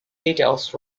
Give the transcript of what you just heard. details